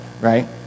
right